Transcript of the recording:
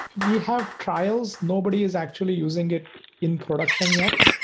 we have trials. nobody is actually using it in production yet,